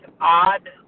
odd